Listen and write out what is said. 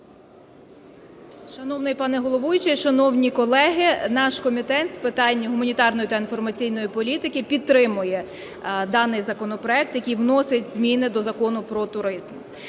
Шановний пане головуючий, шановні колеги, наш Комітет з питань гуманітарної та інформаційної політики підтримує даний законопроект, який вносить зміни до Закону "Про туризм".